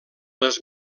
les